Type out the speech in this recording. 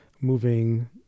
moving